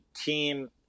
team